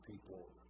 people